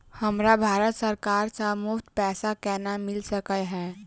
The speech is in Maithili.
हमरा भारत सरकार सँ मुफ्त पैसा केना मिल सकै है?